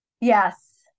Yes